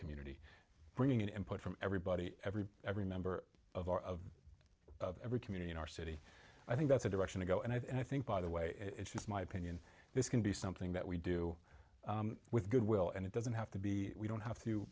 community bringing input from everybody every every member of our of every community in our city i think that's the direction to go and i think by the way it's just my opinion this can be something that we do with goodwill and it doesn't have to be we don't have to